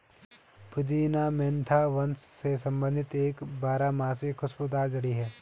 पुदीना मेंथा वंश से संबंधित एक बारहमासी खुशबूदार जड़ी है